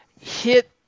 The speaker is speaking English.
hit